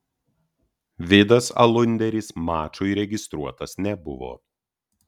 vidas alunderis mačui registruotas nebuvo